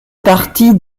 partie